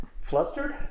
Flustered